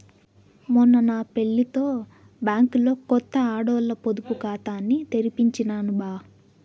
మొన్న నా పెళ్లితో బ్యాంకిలో కొత్త ఆడోల్ల పొదుపు కాతాని తెరిపించినాను బా